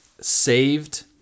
saved